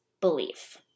belief